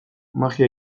magia